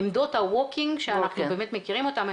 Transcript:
עמדות הוולקינג שאנחנו באמת מכירים אותם,